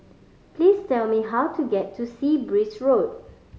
please tell me how to get to Sea Breeze Road